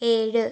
ഏഴ്